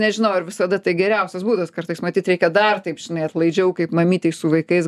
nežinau ar visada tai geriausias būdas kartais matyt reikia dar taip žinai atlaidžiau kaip mamytei su vaikais